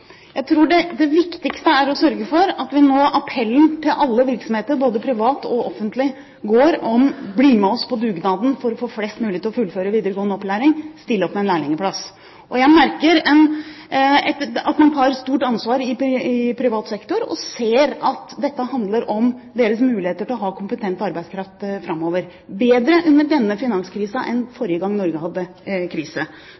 viktigste er å sørge for at appellen til alle virksomheter, både privat og offentlig, går om følgende: Bli med oss på dugnaden for å få flest mulig til å fullføre videregående opplæring. Still opp med en lærlingplass. Jeg merker at man tar et stort ansvar i privat sektor, og ser at dette handler om deres muligheter til å ha kompetent arbeidskraft framover. Det er bedre under denne finanskrisen enn